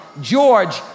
George